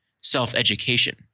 self-education